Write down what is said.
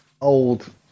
old